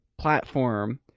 platform